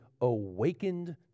awakened